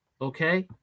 Okay